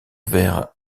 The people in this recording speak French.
vers